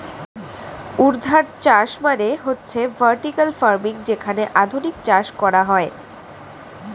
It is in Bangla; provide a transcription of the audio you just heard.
ঊর্ধ্বাধ চাষ মানে হচ্ছে ভার্টিকাল ফার্মিং যেখানে আধুনিক চাষ করা হয়